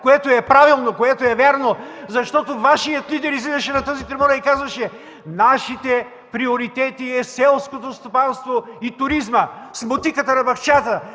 което е правилно, което е вярно! Вашият лидер излизаше на тази трибуна и казваше: „Нашите приоритети са селското стопанство и туризмът!”. С мотиката на бахчата